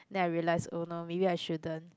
then I realised oh no maybe I shouldn't